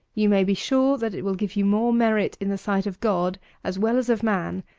you may be sure that it will give you more merit in the sight of god as well as of man,